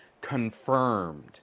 confirmed